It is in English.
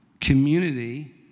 Community